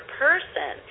person